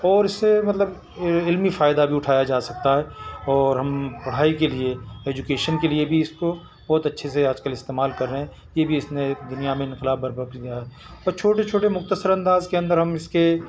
اور اس سے مطلب علمی فائدہ بھی اٹھایا جا سکتا ہے اور ہم پڑھائی کے لیے ایجوکیشن کے لیے بھی اس کو بہت اچھے سے آج کل استعمال کر رہے ہیں یہ بھی اس نے ایک دنیا میں انقلاب برپا کیا ہے اور چھوٹے چھوٹے مختصر انداز کے اندر ہم اس کے